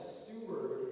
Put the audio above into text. steward